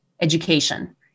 education